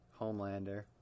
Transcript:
Homelander